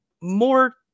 more